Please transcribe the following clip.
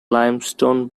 limestone